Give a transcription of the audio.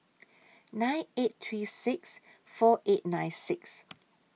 nine eight three six four eight nine six